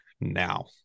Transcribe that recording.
now